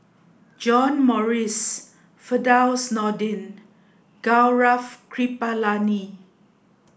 John Morrice Firdaus Nordin Gaurav Kripalani